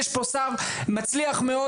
יש פה שר מצליח מאוד,